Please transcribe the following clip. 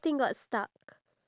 okay